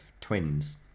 twins